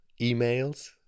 emails